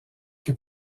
que